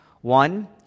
One